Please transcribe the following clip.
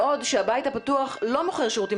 בעוד שהבית הפתוח לא מוכר שירותים